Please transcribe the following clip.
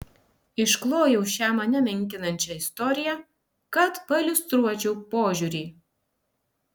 išklojau šią mane menkinančią istoriją kad pailiustruočiau požiūrį